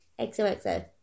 XOXO